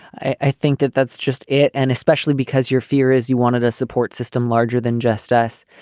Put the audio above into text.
i think that that's just it. and especially because your fear is you wanted a support system larger than just us.